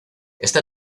está